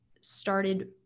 started